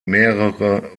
mehrere